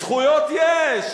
זכויות יש.